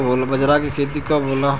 बजरा के खेती कब होला?